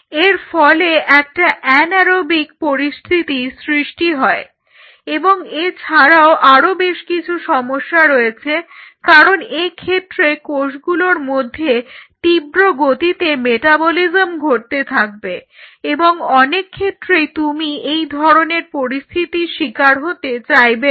এর ফলে একটা অ্যানএরোবিক পরিস্থিতির সৃষ্টি হয় এবং এছাড়াও আরও বেশ কিছু সমস্যা রয়েছে কারণ এক্ষেত্রে কোষগুলোর মধ্যে তীব্র গতিতে মেটাবলিজম ঘটতে থাকবে এবং অনেকক্ষেত্রেই তুমি এই ধরনের পরিস্থিতির শিকার হতে চাইবে না